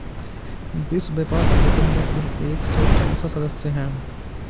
विश्व व्यापार संगठन में कुल एक सौ चौसठ सदस्य हैं